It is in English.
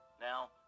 Now